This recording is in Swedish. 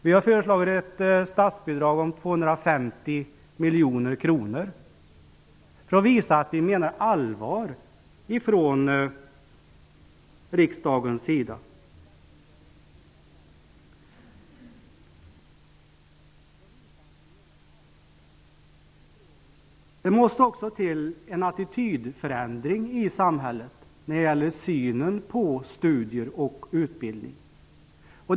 Vi har föreslagit ett statsbidrag om 250 miljoner kronor för att visa att riksdagen menar allvar. Det måste också till en attitydförändring i samhället när det gäller synen på studier och utbildning.